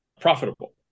profitable